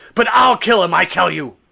but i'll kill him, i tell you!